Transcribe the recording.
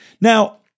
Now